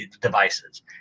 devices